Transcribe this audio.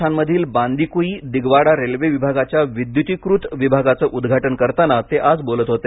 राजस्थानमधील बांदीकुई दिगवाडा रेल्वे विभागाच्या विद्युतीकृत विभागाचे उद्घाटन करताना ते आज बोलत होते